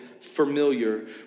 familiar